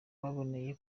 baboneye